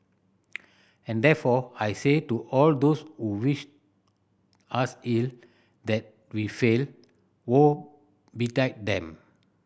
and therefore I say to all those who wish us ill that we fail woe betide them